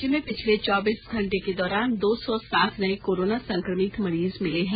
राज्य में पिछले चौबीस घंटे के दौरान दो सौ सात नये कोरोना संक्रमित मरीज मिले है